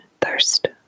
thirst